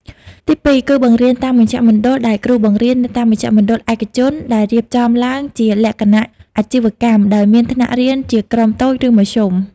ទីពីរ គឺបង្រៀនតាមមជ្ឈមណ្ឌល ដែលគ្រូបង្រៀននៅតាមមជ្ឈមណ្ឌលឯកជនដែលរៀបចំឡើងជាលក្ខណៈអាជីវកម្ម ដោយមានថ្នាក់រៀនជាក្រុមតូច ឬមធ្យម។